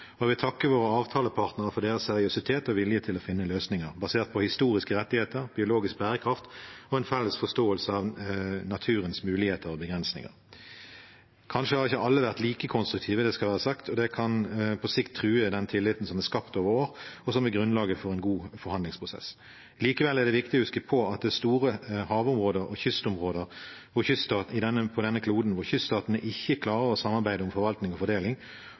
Og jeg vil takke våre avtalepartnere for deres seriøsitet og vilje til å finne løsninger basert på historiske rettigheter, biologisk bærekraft og en felles forståelse av naturens muligheter og begrensninger. Kanskje har ikke alle vært like konstruktive, det skal være sagt, og det kan på sikt true den tilliten som er skapt over år, og som er grunnlaget for en god forhandlingsprosess. Likevel er det viktig å huske på at det er store havområder og kystområder på denne kloden hvor kyststatene ikke klarer å samarbeide om forvaltning og fordeling,